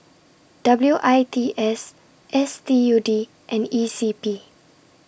W I T S S T U D and E C P